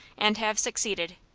and have succeeded.